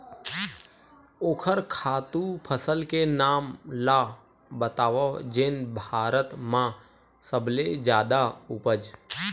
ओखर खातु फसल के नाम ला बतावव जेन भारत मा सबले जादा उपज?